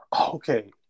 Okay